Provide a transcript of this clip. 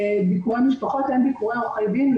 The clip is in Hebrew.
ביקורי משפחות, אין ביקורי עורכי דין.